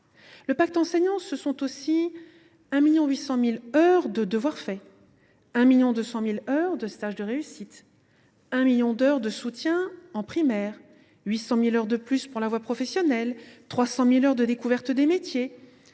Le pacte enseignant s’est traduit aussi par 1,8 million d’heures de « devoirs faits », 1,2 million d’heures de stages de réussite, 1 million d’heures de soutien en primaire, 800 000 heures de plus pour la voie professionnelle, 300 000 heures de découverte des métiers.